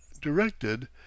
directed